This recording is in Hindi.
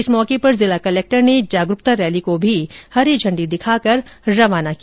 इस मौके पर जिला कलेक्टर ने जागरूकता रैली को भी हरी झण्डी दिखाकर रवाना किया